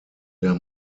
der